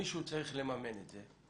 מישהו צריך לממן את זה.